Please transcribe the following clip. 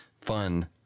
fun